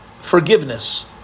forgiveness